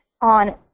on